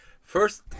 First